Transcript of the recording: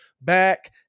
back